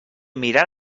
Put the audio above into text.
mirar